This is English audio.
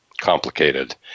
complicated